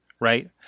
Right